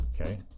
okay